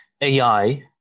AI